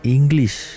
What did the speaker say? English